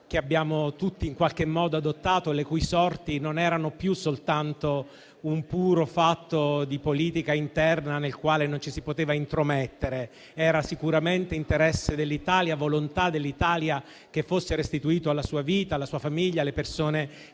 che abbiamo tutti in qualche modo adottato, le cui sorti non erano più soltanto un puro fatto di politica interna nel quale non ci si poteva intromettere. Era sicuramente interesse dell'Italia, volontà dell'Italia che fosse restituito alla sua vita, alla sua famiglia, alle persone